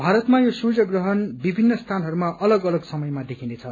भारतमा यो सूर्य ग्रहण विभित्र स्थानहरूमा अलग अलग समयमा देखिनेछ